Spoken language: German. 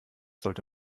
sollte